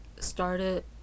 started